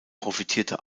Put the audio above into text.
profitierte